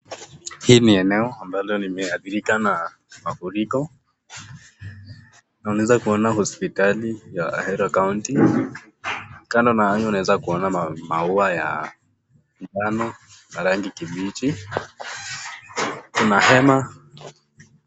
Hii ni eneo ambalo limeathirika na mafuriko, tunaweza kuona hosiptali ya Ahero cs] county ,kando na hayo unaweza kuona maua manjano na rangi kibichi, kuna hema...